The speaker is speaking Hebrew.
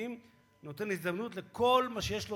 עליהם טענות כלשהן.